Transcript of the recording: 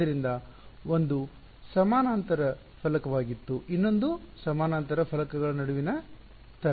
ಆದ್ದರಿಂದ ಒಂದು ಸಮಾನಾಂತರ ಫಲಕವಾಗಿತ್ತು ಇನ್ನೊಂದು ಸಮಾನಾಂತರ ಫಲಕಗಳ ನಡುವಿನ ತರಂಗ